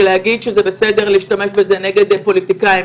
להגיד שזה בסדר להשתמש בזה נגד פוליטיקאים,